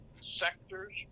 sectors